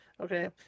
Okay